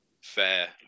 fair